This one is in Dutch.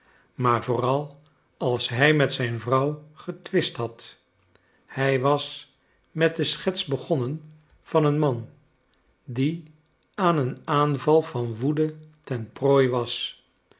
maar vooral als hij met zijn vrouw getwist had hij was met de schets begonnen van een man die aan een aanval van woede ten prooi was